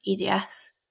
EDS